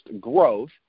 growth